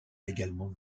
également